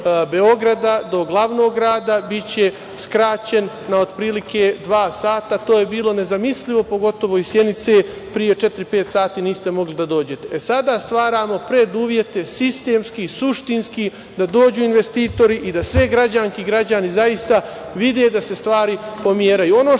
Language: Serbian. Beograda, do glavnog grada, biće skraćen na otprilike dva sata. To je bilo nezamislivo, pogotovo iz Sjenice. Pre četiri-pet sati niste mogli da dođete. Sada stvaramo preduslove sistemski, suštinski, da dođu investitori i da sve građanke i građani zaista vide da se stvari pomeraju. Ono